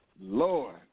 Lord